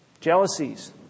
Jealousies